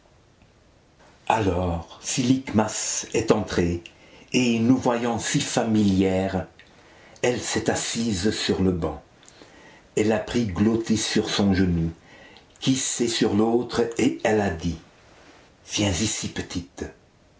alors syllikhmas est entrée et nous voyant si familières elle s'est assise sur le banc elle a pris glôttis sur son genou kysé sur l'autre et elle a dit viens ici petite